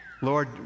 Lord